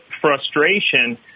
frustration